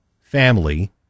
family